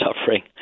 suffering